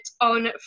on